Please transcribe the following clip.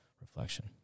reflection